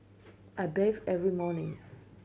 I bathe every morning